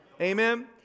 Amen